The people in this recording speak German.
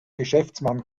geschäftsmann